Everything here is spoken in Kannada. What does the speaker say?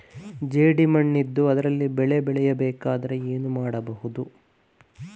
ಜೇಡು ಮಣ್ಣಿದ್ದು ಅದರಲ್ಲಿ ಬೆಳೆ ಬೆಳೆಯಬೇಕಾದರೆ ಏನು ಮಾಡ್ಬಹುದು?